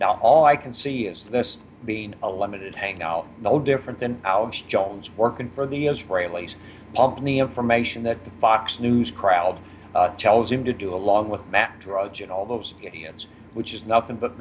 now all i can see is this being a limited hangout no different than out jones working for the israelis on the information that the fox news crowd tells him to do along with matt drudge and all those idiots which is nothing but